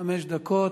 חמש דקות.